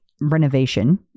renovation